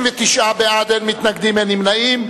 נמנעים,